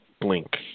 blink